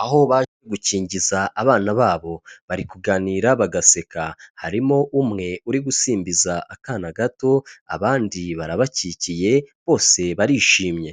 aho baje gukingiza abana babo, bari kuganira, bagaseka harimo umwe uri gusimbiza akana gato, abandi barabakikiye, bose barishimye.